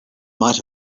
might